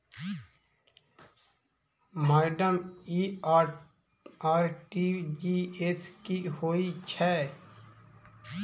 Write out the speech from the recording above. Madam इ RTGS की होइ छैय?